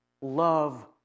love